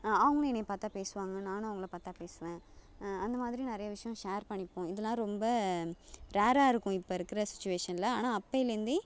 அவங்க என்னை பார்த்தா பேசுவாங்க நானும் அவங்களை பார்த்தா பேசுவேன் அந்த மாதிரி நிறையா விஷயம் ஷேர் பண்ணிப்போம் இதெல்லாம் ரொம்ப ரேராக இருக்கும் இப்போ இருக்கிற சுச்சிவேஷனில் ஆனால் அப்பயிலேருந்தே